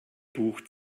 buch